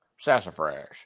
sassafras